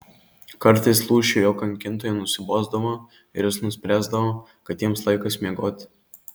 kartais lūšiui jo kankintojai nusibosdavo ir jis nuspręsdavo kad jiems laikas miegoti